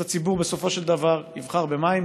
אז הציבור בסופו של דבר יבחר במים.